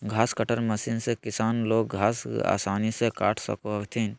घास cutter machine से किसान लोग घास आसानी से काट सको हथिन